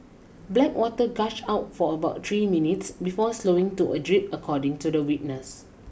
black water gushed out for about three minutes before slowing to a drip according to the witness